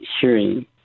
hearing